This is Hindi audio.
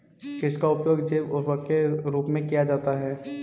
किसका उपयोग जैव उर्वरक के रूप में किया जाता है?